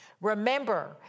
remember